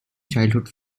childhood